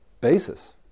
basis